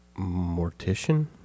mortician